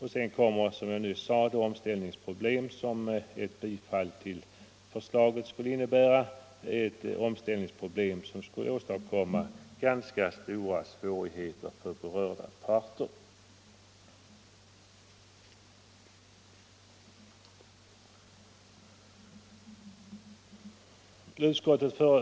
Härtill kommer, som jag nyss nämnde, de omställningsproblem som ett bifall till förslaget skulle medföra — omställningsproblem som skulle innebära ganska stora svårigheter för berörda parter.